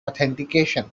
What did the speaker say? authentication